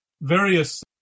various